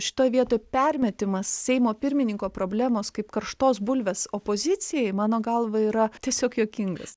šitoj vietoj permetimas seimo pirmininko problemos kaip karštos bulvės opozicijai mano galva yra tiesiog juokingas